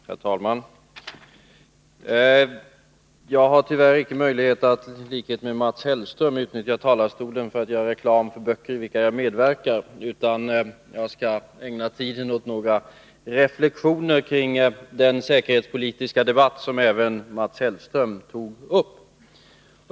Herr talman! Jag har tyvärr icke möjlighet att i likhet med Mats Hellström utnyttja talarstolen till att göra reklam för böcker i vilka jag medverkat. Jag skall i stället ägna tiden åt att göra några reflexioner kring den säkerhetspolitiska debatt som även Mats Hellström tog upp.